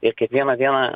ir kiekvieną dieną